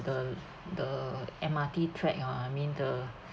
the the M_R_T track oh I mean the